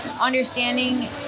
understanding